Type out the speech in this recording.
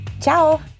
Ciao